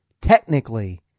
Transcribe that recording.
technically